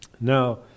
Now